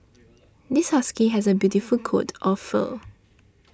this husky has a beautiful coat of fur